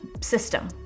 system